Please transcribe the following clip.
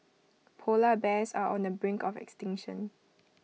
Polar Bears are on the brink of extinction